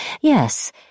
Yes